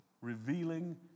revealing